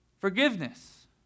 forgiveness